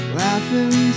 laughing